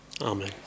Amen